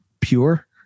pure